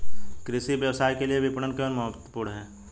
कृषि व्यवसाय के लिए विपणन क्यों महत्वपूर्ण है?